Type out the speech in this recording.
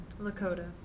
Lakota